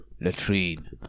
latrine